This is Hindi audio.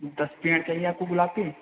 दस पेड़ चाहिए आपको गुलाब के